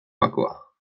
bakoa